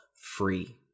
free